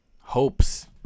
hopes